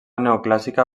neoclàssica